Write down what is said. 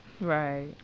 right